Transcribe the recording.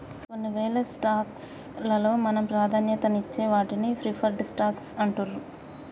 కొన్నివేల స్టాక్స్ లలో మనం ప్రాధాన్యతనిచ్చే వాటిని ప్రిఫర్డ్ స్టాక్స్ అంటుండ్రు